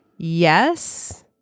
Yes